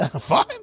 Fine